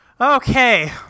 Okay